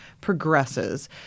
progresses